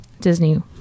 Disney